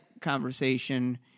conversation